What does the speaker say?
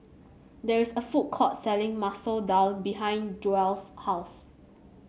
there is a food court selling Masoor Dal behind Joelle's house